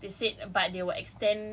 most of the countries are from there lah